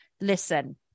Listen